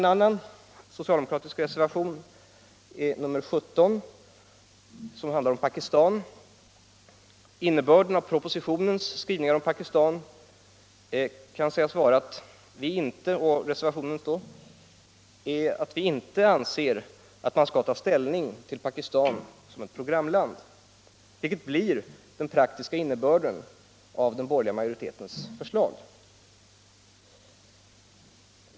En annan socialdemokratisk reservation, nr 17, handlar om Pakistan. Innebörden av propositonens och reservationens skrivningar om Pakistan kan sägas vara att vi inte anser att man skall ta ställning till Pakistan som ett programland, vilket blir den praktiska innebörden av den borgerliga majoritetens förslag.